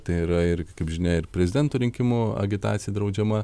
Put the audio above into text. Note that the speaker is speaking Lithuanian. tai yra ir kaip žinia ir prezidento rinkimų agitacija draudžiama